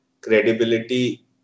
credibility